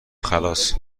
خلاص